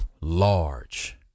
large